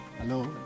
hello